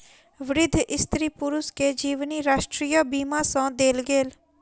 वृद्ध स्त्री पुरुष के जीवनी राष्ट्रीय बीमा सँ देल गेल